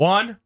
One